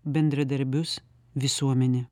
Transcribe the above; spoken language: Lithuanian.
bendradarbius visuomenę